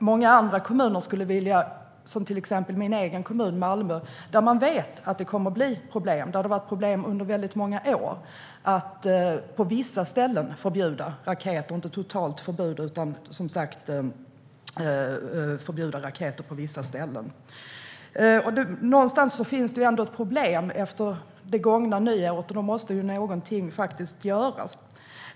I många andra kommuner, till exempel min hemkommun Malmö, vet man att det kommer att bli problem, och det har varit problem under många år. Där vill man på vissa ställen förbjuda raketer - alltså inte ett totalt förbud. Någonstans finns det ändå ett problem efter det gångna nyåret, och någonting måste göras.